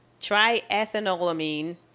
triethanolamine